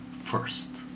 first